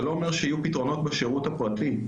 זה לא אומר שיהיו פתרונות בשירות הפרטי.